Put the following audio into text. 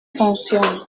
fonctionne